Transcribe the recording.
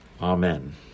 Amen